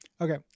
Okay